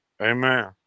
Amen